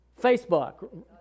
Facebook